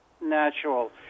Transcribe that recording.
Natural